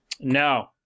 No